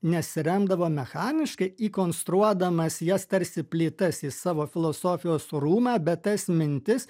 nesiremdavo mechaniškai įkonstruodamas jas tarsi plytas į savo filosofijos rūmą bet tas mintis